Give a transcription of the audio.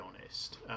honest